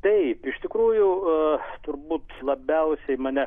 taip iš tikrųjų turbūt labiausiai mane